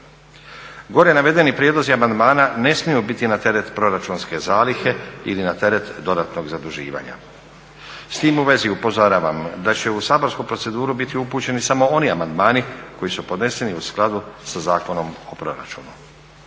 Gore navedeni prijedlozi amandmana ne smiju biti na teret proračunske zalihe ili na teret dodatnog zaduživanja. S tim u vezi upozoravam da će u saborsku proceduru biti upućeni samo oni amandmani koji su podneseni u skladu sa Zakonom o proračunu.